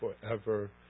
forever